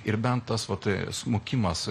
ir bent tas va tai smukimas